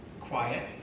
quiet